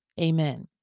Amen